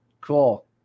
cool